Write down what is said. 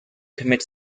commit